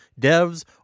Devs